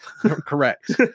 correct